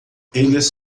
eles